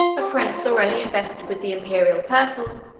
a prince already invested with the imperial purple,